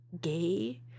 gay